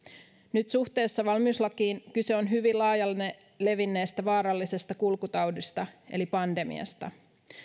nyt suhteessa valmiuslakiin kyse on hyvin laajalle levinneestä vaarallisesta kulkutaudista eli pandemiasta